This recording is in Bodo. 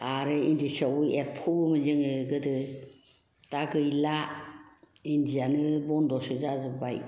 आरो इन्दि सिआवबो एरफबोमोन जोङो गोदो दा गैला इन्दि आनो बन्द'सो जाजोबबाय